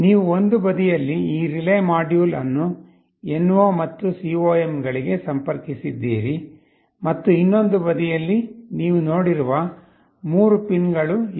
ನೀವು ಒಂದು ಬದಿಯಲ್ಲಿ ಈ ರಿಲೇ ಮಾಡ್ಯೂಲ್ ಅನ್ನು NO ಮತ್ತು COM ಗಳಿಗೆ ಸಂಪರ್ಕಿಸಿದ್ದೀರಿ ಮತ್ತು ಇನ್ನೊಂದು ಬದಿಯಲ್ಲಿ ನೀವು ನೋಡಿರುವ 3 ಪಿನ್ಗಳು ಇವೆ